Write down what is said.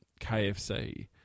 KFC